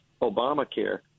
Obamacare